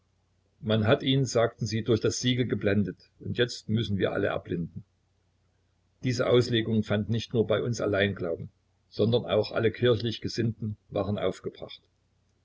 man hat ihn sagten sie durch das siegel geblendet und jetzt müssen wir alle erblinden diese auslegung fand nicht nur bei uns allein glauben sondern auch alle kirchlich gesinnten waren aufgebracht